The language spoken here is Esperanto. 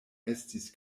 estis